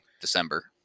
December